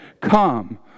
come